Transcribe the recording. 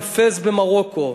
בפס במרוקו,